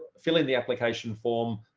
fill in the application form,